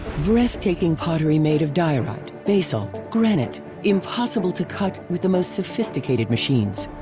breathtaking pottery made of diorite, basalt, granite impossible to cut with the most sophisticated machines.